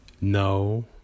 no